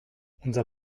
unser